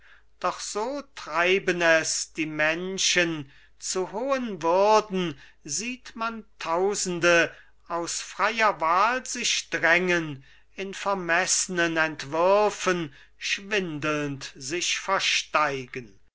doch so treiben es die menschen zu hohen würden sieht man tausende aus freier wahl sich drängen in vermessnen entwürfen schwindelnd sich versteigen